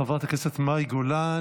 חברת הכנסת והשרה מאי גולן,